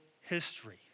history